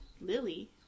Lily